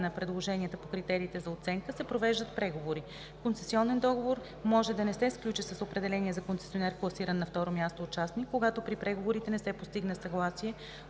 на предложенията по критериите за оценка, се провеждат преговори. Концесионен договор може да не се сключи с определения за концесионер класиран на второ място участник, когато при преговорите не се постигне съгласие